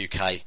uk